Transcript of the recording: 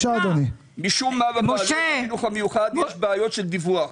- משום מה בחינוך המיוחד יש בעיות דיווח.